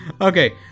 Okay